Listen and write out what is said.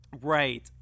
Right